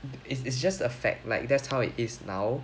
is is it's just a fact like that's how it is now